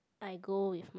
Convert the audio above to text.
I go with my